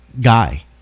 guy